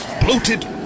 bloated